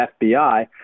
FBI